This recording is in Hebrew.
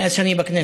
מאז שאני בכנסת.